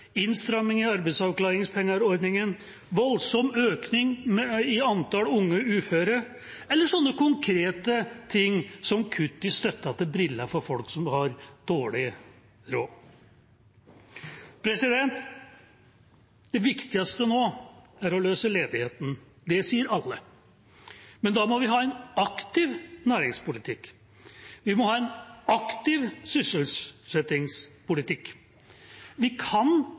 i arbeidsavklaringspengeordningen, en voldsom økning i antall unge uføre – eller sånne konkrete ting som kutt i støtten til briller for folk som har dårlig råd. Det viktigste nå er å løse ledigheten. Det sier alle. Men da må vi ha en aktiv næringspolitikk. Vi må ha en aktiv sysselsettingspolitikk. Vi kan